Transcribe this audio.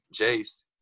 Jace